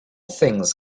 things